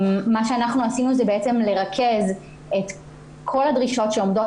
מה שעשינו היה לרכז את כל הדרישות שעומדות